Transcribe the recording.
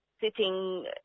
sitting